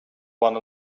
one